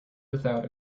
without